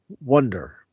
Wonder